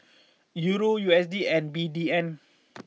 Euro U S D and B D N